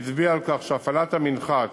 הצביע על כך שהפעלת המנחת